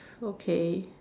okay